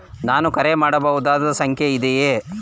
ನಾನು ಕರೆ ಮಾಡಬಹುದಾದ ಸಂಖ್ಯೆ ಇದೆಯೇ?